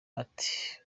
ati